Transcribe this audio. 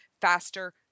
Faster